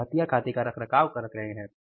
वे रहतिया खाते का रखरखाव कर रहे हैं